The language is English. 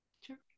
sure